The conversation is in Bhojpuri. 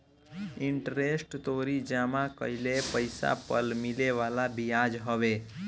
इंटरेस्ट तोहरी जमा कईल पईसा पअ मिले वाला बियाज हवे